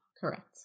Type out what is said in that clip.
Correct